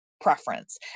preference